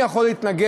מי יכול להתנגד,